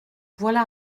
voilà